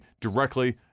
directly